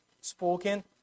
spoken